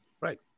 Right